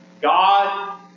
God